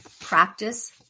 Practice